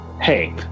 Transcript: hey